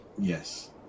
Yes